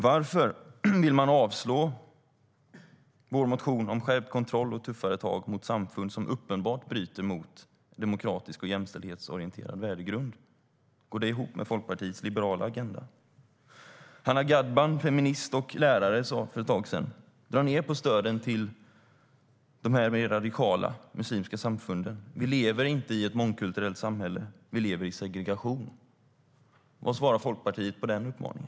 Varför vill man avslå vår motion om skärpt kontroll och tuffare tag mot samfund som uppenbart bryter mot en demokratisk och jämställdhetsorienterad värdegrund? Går det ihop med Folkpartiets liberala agenda? Hanna Gadban, feminist och lärare, sa för ett tag sedan: Dra ned på stöden till de mer radikala muslimska samfunden! Vi lever inte i ett mångkulturellt samhälle. Vi lever i segregation. Vad svarar Folkpartiet på den utmaningen?